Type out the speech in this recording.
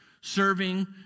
serving